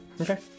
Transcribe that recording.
Okay